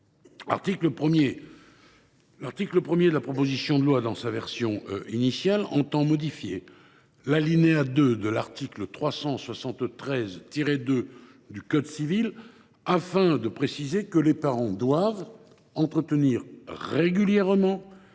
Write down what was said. L’article 1 de la proposition de loi, dans sa version initiale, entend modifier l’alinéa 2 de l’article 373 2 du code civil, afin de préciser que les parents doivent entretenir « régulièrement » des